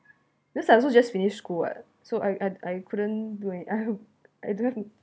cause I also just finished school [what] so I I'd I couldn't bring it out I don't have